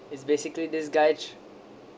is basically this guy